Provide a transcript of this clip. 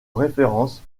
référence